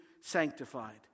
sanctified